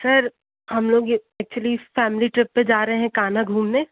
sir हम लोग ये एकचूलीफ़ फैमिली ट्रिप पर जा रहे हैं कान्हा घूमने